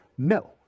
No